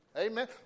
Amen